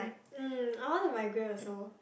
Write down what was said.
mm I wanna migrate also